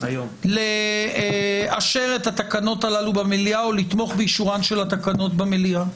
מתכוונת לאשר את התקנות הללו במליאה או לתמוך באישורן של התקנות במליאה.